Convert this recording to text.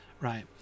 right